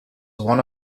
one